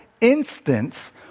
instance